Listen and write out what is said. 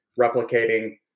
replicating